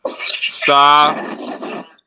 stop